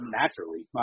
naturally